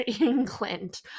england